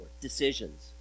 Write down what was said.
decisions